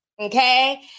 okay